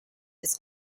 this